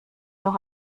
noch